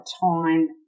time